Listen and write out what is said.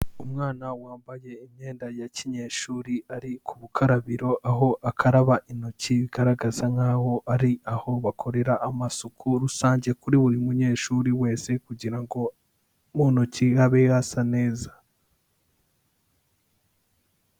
Umwana wambaye imyenda ya kinyeshuri ari ku bukarabiro, aho akaraba intoki bigaragaza nk'aho ari aho bakorera amasuku rusange kuri buri munyeshuri wese kugira ngo mu ntoki habe hasa neza.